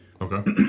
Okay